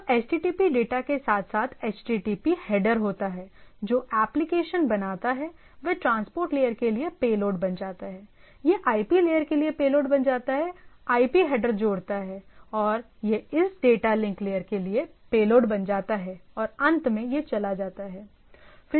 तो HTTP data के साथ साथ HTTP हेडर होता है जो एप्लिकेशन बनाता है वह ट्रांसपोर्ट लेयर के लिए पेलोड बन जाता है यह आईपी लेयर के लिए पेलोड बन जाता है आईपी हेडर जोड़ता है और यह इस डेटा लिंक लेयर के लिए पेलोड बन जाता है और अंत में यह चला जाता है